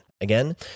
Again